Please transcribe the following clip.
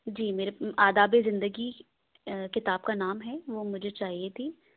جی میرے آدابِ زندگی کتاب کا نام ہے وہ مجھے چاہیے تھی